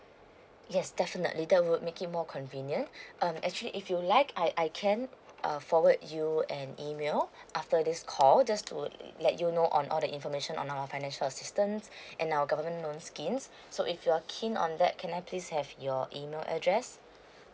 yes definitely that would make it more convenient um actually if you like I I can uh forward you an email after this call just to let you know on all the information on our financial assistance and our government loan scheme if you're keen on that can I please have your email address